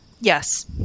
yes